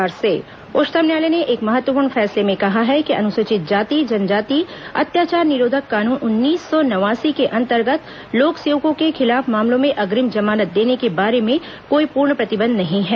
supreme court ST SC उच्चतम न्यायालय ने एक महत्वपूर्ण फैसले में कहा है कि अनुसूचित जाति जनजाति अत्याचार निरोधक कानून उन्नीस सौ नवासी के अंतर्गत लोकसेवकों के खिलाफ मामलों में अग्निम जमानत देने के बारे में कोई पूर्ण प्रतिबंध नहीं है